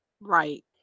Right